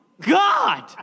God